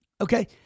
Okay